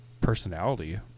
personality